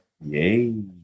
Yay